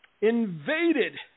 invaded